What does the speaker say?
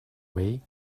way